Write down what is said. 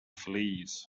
fleas